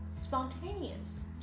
Spontaneous